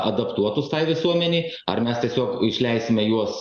adaptuotus tai visuomenei ar mes tiesiog išleisime juos